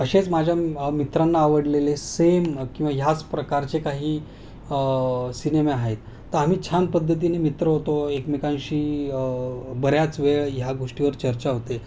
अशेच माझ्या मित्रांना आवडलेले सेम किंवा ह्याच प्रकारचे काही सिनेमे आहेत तर आम्ही छान पद्धतीने मित्र होतो एकमेकांशी बऱ्याच वेळ ह्या गोष्टीवर चर्चा होते